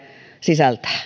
sisältää